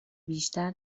بیشتر